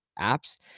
apps